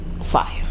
fire